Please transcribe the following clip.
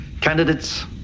Candidates